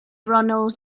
ronald